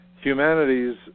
Humanities